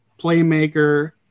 playmaker